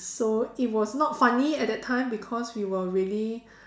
so it was not funny at that time because we were really